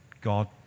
God